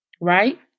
right